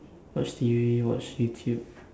watch T_V watch youtube